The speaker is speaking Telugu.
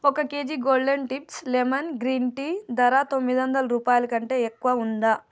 ఒక KG golden tips lemon green tea ధర తొమ్మిదివందల రూపాయల కంటే ఎక్కువ ఉందా